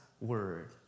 word